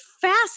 fast